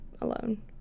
alone